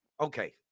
okay